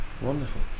wonderful